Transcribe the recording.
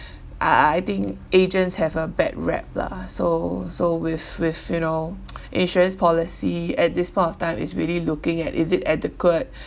I I I think agents have a bad rap lah so so with with you know insurance policy at this point of time is really looking at is it adequate